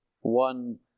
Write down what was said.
one